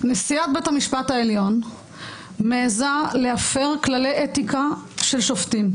נשיאת בית המשפט העליון מעזה להפר כללי אתיקה של שופטים.